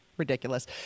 ridiculous